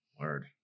Word